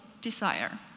desire